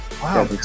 Wow